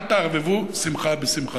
אל תערבבו שמחה בשמחה.